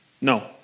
No